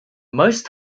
most